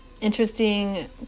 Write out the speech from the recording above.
interesting